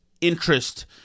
interest